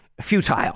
futile